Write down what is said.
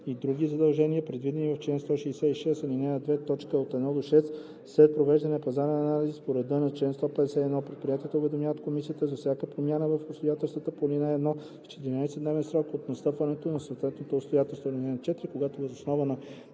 и други задължения, предвидени в чл. 166, ал. 2, т. 1 – 6, след провеждане на пазарен анализ по реда на чл. 151. Предприятията уведомяват комисията за всяка промяна в обстоятелствата по ал. 1 в 14-дневен срок от настъпването на съответното обстоятелство. (4) Когато въз основа на